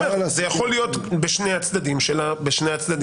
זה יכול להיות בשני הצדדים של המשוואה.